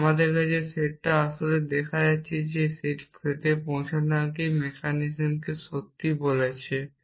আর আমার কাছে এই সেটটা আসলেই দেখা যাচ্ছে যে সে এই সেটে পৌঁছানোর মেকানিজমকে সত্য বলছে